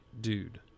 dude